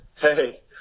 hey